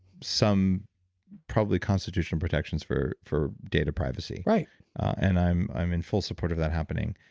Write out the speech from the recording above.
some probably constitutional protections for for data privacy right and i'm i'm in full support of that happening.